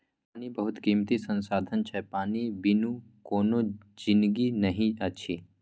पानि बहुत कीमती संसाधन छै पानि बिनु कोनो जिनगी नहि अछि